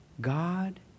God